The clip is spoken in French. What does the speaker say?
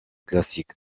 classique